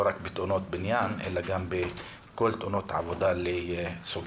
לא רק בתאונות בניין אלא גם בכל תאונות העבודה לסוגיהן.